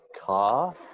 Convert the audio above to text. car